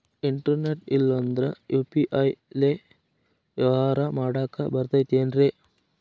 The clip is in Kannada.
ಇಂಟರ್ನೆಟ್ ಇಲ್ಲಂದ್ರ ಯು.ಪಿ.ಐ ಲೇ ವ್ಯವಹಾರ ಮಾಡಾಕ ಬರತೈತೇನ್ರೇ?